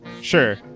sure